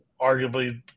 arguably –